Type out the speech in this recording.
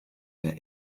der